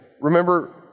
remember